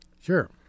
Sure